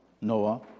Noah